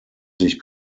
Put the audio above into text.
sich